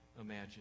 imagine